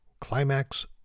Climax